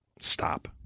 stop